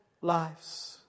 lives